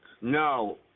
No